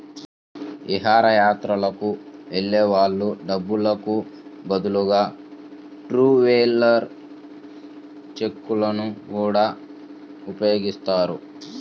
విహారయాత్రలకు వెళ్ళే వాళ్ళు డబ్బులకు బదులుగా ట్రావెలర్స్ చెక్కులను గూడా ఉపయోగిస్తారు